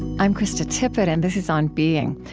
i'm krista tippett, and this is on being.